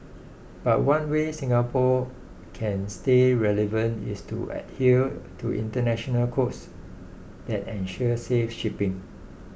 but one way Singapore can stay relevant is to adhere to international codes that ensure safe shipping